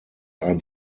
einem